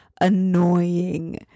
annoying